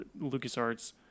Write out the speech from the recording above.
LucasArts